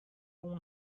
اون